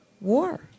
war